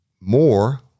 more